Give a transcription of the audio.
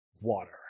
water